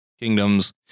kingdoms